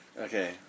Okay